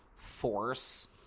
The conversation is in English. force